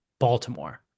Baltimore